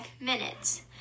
minutes